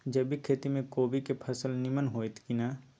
जैविक खेती म कोबी के फसल नीमन होतय की नय?